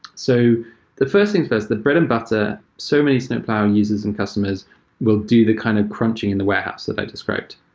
so the first things first, the bread and butter, so many snowplow users and customers will do the kind of crunching in the warehouse that i described.